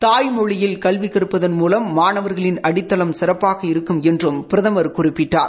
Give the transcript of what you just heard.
தாய்மொழியில் கல்வி கற்பதன் மூலம் மாணவர்களின் அடித்தளம் சிறப்பாக இருக்கும் என்றும் பிரதமர் குறிப்பிட்டார்